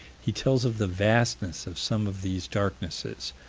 he tells of the vastness of some of these darknesses.